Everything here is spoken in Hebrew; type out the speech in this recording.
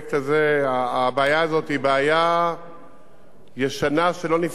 הבעיה הזאת היא בעיה ישנה שלא נפתרה לאורך שנים,